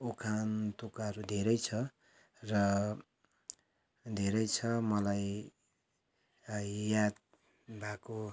उखान तुक्काहरू धेरै छ र धेरै छ मलाई याद भएको